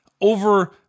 over